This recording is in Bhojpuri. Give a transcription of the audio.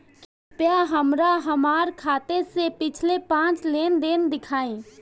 कृपया हमरा हमार खाते से पिछले पांच लेन देन दिखाइ